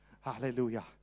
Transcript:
Hallelujah